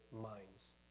minds